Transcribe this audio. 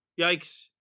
Yikes